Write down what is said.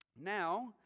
Now